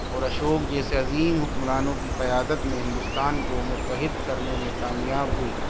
اور اشوک جیسے عظیم حکمرانوں کی قیادت میں ہندوستان کو متحد کرنے میں کامیاب ہوئی